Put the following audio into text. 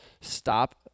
stop